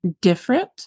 different